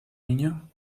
niño